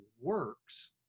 works